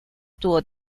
tuvo